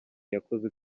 yakoze